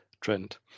trend